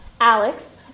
Alex